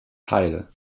teil